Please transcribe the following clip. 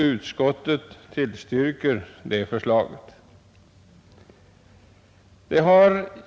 Utskottet tillstyrker detta förslag.